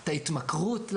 את ההתמכרות לבנזודיאזפינים,